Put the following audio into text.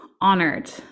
honored